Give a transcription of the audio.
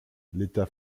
l’état